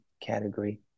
category